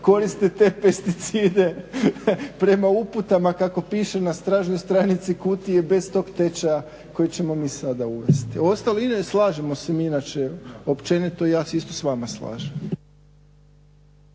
koristi te pesticide prema uputama kako piše na stražnjoj stranici kutije bez tog tečaja koji ćemo mi sada uvesti. …/Govornik se ne razumije./… slažemo se mi inače općenito, i ja se isto s vama slažem.